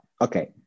okay